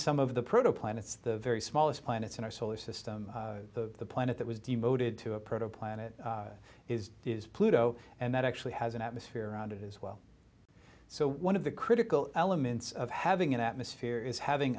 planets the very smallest planets in our solar system the planet that was demoted to a proto planet is is pluto and that actually has an atmosphere around it as well so one of the critical elements of having an atmosphere is having